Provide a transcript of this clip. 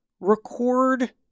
record